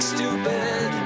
stupid